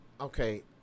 okay